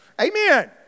Amen